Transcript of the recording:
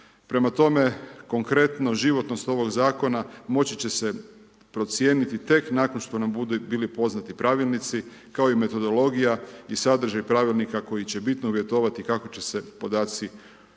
Prema tome, konkretno životnost ovog zakona moći će se procijeniti tek nakon što nam budu bili poznati pravilnici kao i metodologija i sadržaj pravilnika koji će bitno uvjetovati kako će se podaci unositi